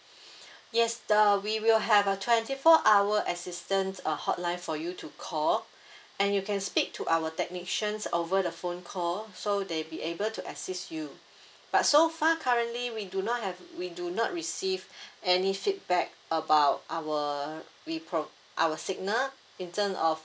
yes uh we will have a twenty four hour assistance uh hotline for you to call and you can speak to our technicians over the phone call so they be able to assist you but so far currently we do not have we do not receive any feedback about our repro~ our signal in terms of